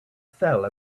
fell